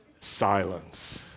Silence